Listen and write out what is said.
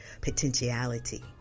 potentiality